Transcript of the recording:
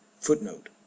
footnote